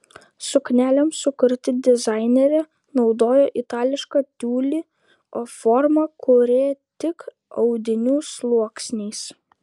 suknelėms sukurti dizainerė naudojo itališką tiulį o formą kūrė tik audinių sluoksniais